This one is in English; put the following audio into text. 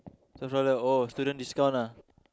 seven dollar oh student discount ah